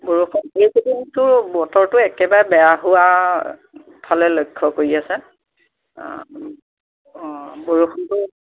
বৰষুণ এই কেইদিনতো বতৰটো একেবাৰে বেয়া হোৱা ফালে লক্ষ্য কৰি আছে অঁ বৰষুণটো